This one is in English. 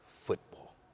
football